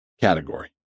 category